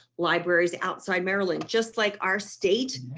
libraries outside, maryland, just like our state